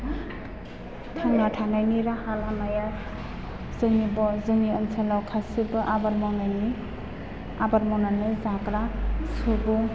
थांना थानायनि राहालामाया जोंनि ओनसोलाव गासिबो आबाद मावनायनि आबाद मावनानै जाग्रा सुबुं